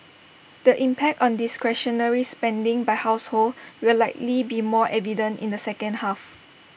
the impact on discretionary spending by households will likely be more evident in the second half